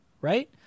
right